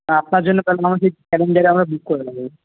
হ্যাঁ আপনার জন্য তাহলে তেমন জায়গা আমরা বুক করে নেব